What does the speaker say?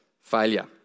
failure